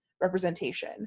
representation